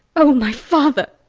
o, my father!